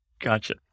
Gotcha